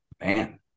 man